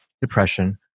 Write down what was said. depression